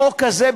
החוק הזה,